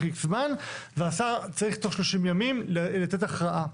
X זמן והשר צריך תוך 30 ימים לתת הכרעה.